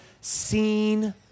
seen